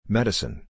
Medicine